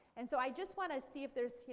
and so i just want to see if there's you